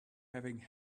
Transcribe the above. having